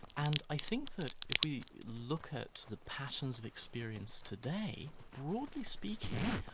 and i think that if we look at the patterns of experience today, broadly speaking,